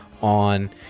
on